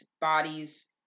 bodies